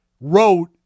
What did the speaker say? wrote